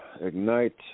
ignite